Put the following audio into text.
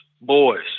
boys